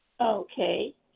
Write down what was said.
Okay